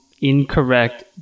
incorrect